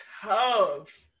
tough